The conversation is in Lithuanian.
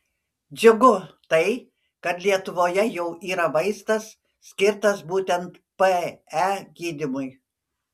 džiugu tai kad lietuvoje jau yra vaistas skirtas būtent pe gydymui